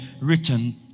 written